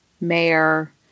mayor